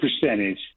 percentage